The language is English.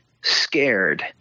scared